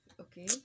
Okay